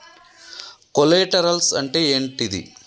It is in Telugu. కొలేటరల్స్ అంటే ఏంటిది?